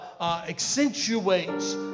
accentuates